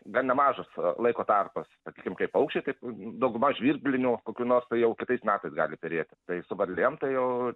gan nemažas laiko tarpas sakykim kaip paukščiai taip dauguma žvirblinių kokių nors tai jau kitais metais gali turėti tai su varlėm tai jau